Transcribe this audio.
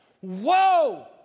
whoa